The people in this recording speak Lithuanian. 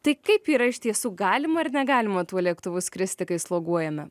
tai kaip yra iš tiesų galima ar negalima tuo lėktuvu skristi kai sloguojame